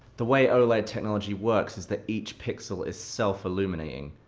the way oled technology works is that each pixel is self-illuminating,